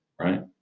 right